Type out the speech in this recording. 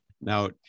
Now